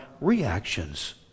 reactions